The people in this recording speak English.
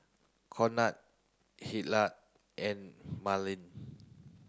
Conard Hillard and Marlen